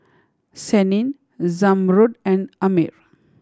Senin Zamrud and Ammir